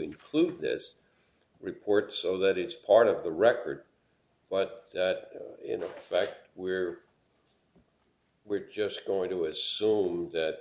include this report so that it's part of the record but in effect we're we're just going to assume that